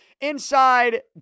inside